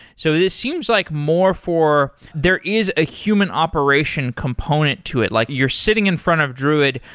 so this seems like more for, there is a human operation component to it. like you're sitting in front of druid,